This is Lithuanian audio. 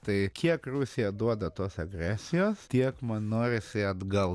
tai kiek rusija duoda tos agresijos tiek man norisi atgal